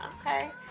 Okay